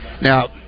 Now